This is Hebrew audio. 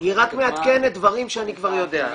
היא רק מעדכנת דברים שאני כבר יודע.